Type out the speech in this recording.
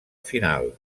final